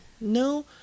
No